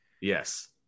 yes